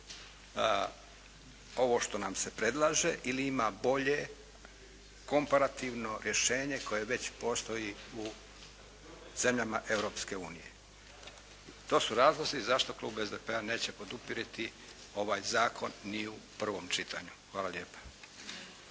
ovo što nam se predlaže ili ima bolje komparativno rješenje koje već postoji u zemljama Europske unije. To su razlozi zašto klub SDP-a neće poduprijeti ovaj zakon ni u prvom čitanju. Hvala lijepa.